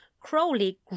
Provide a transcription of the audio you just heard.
Crowley